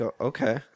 Okay